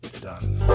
done